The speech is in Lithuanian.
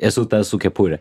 esu tas su kepure